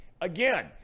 again